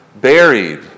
buried